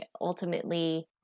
ultimately